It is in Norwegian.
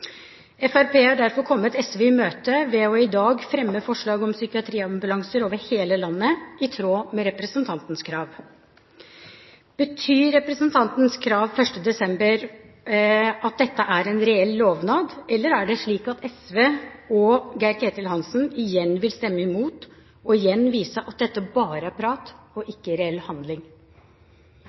Fremskrittspartiet har derfor kommet SV i møte ved i dag å fremme forslag om psykiatriambulanser over hele landet, i tråd med representantens krav. Betyr representantens krav 1. desember at dette er en reell lovnad, eller er det slik at SV og Geir-Ketil Hansen igjen vil stemme imot, og igjen vise at dette bare er prat og ikke reell handling?